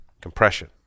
compression